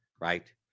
right